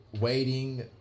Waiting